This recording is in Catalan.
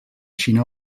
xina